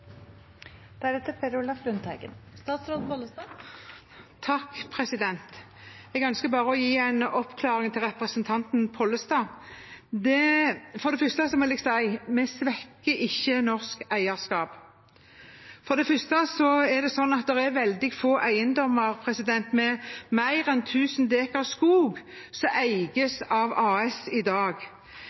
Jeg ønsker bare å gi en oppklaring til representanten Pollestad. Først vil jeg si at vi ikke svekker norsk eierskap. For det første er det veldig få eiendommer med mer enn 1 000 dekar skog som eies av aksjeselskap i dag.